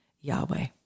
Yahweh